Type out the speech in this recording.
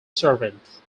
servant